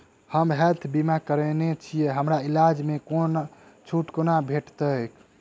हम हेल्थ बीमा करौने छीयै हमरा इलाज मे छुट कोना भेटतैक?